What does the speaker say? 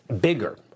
bigger